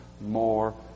more